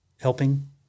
helping